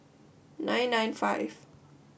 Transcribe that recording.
nine nine five